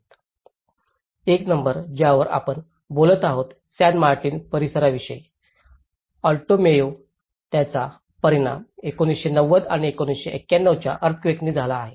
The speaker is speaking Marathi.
1 नंबर ज्यावर आपण बोलत आहोत सॅन मार्टिन परिसराविषयी ऑल्टो मेयो ज्याचा परिणाम 1990 आणि 1991 च्या अर्थक्वेकनी झाला आहे